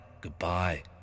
goodbye